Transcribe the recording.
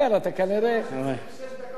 לא,